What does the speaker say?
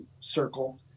circle